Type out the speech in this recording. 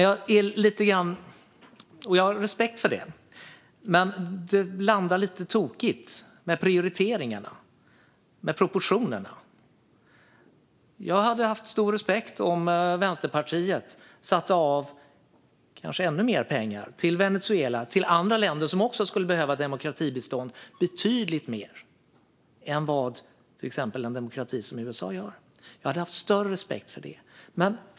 Jag har respekt för det, men det landar lite tokigt med prioriteringarna och proportionerna. Jag hade haft större respekt om Vänsterpartiet satte av ännu mer pengar till Venezuela och till andra länder som skulle behöva demokratibistånd betydligt mer än vad till exempel en demokrati som USA gör.